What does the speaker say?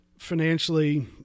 Financially